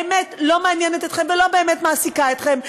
האמת לא מעניינת אתכם ולא באמת מעסיקה אתכם.